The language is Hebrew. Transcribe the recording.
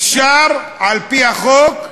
אפשר על-פי החוק.